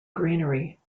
greenery